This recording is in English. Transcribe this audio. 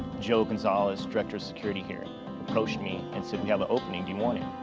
joe gonzalez, director of security here approached me. and said, we have an opening. do you want it?